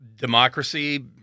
democracy